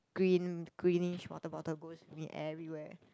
green greenish water bottle goes with me everywhere